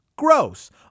Gross